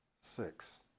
six